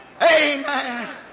Amen